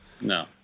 No